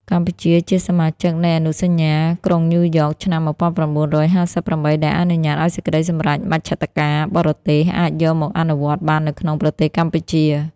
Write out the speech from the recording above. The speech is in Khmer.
កម្ពុជាជាសមាជិកនៃអនុសញ្ញាក្រុងញូវយ៉កឆ្នាំ ១៩៥៨ ដែលអនុញ្ញាតឱ្យសេចក្តីសម្រេចមជ្ឈត្តការបរទេសអាចយកមកអនុវត្តបាននៅក្នុងប្រទេសកម្ពុជា។